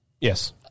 Yes